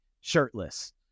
shirtless